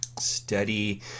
steady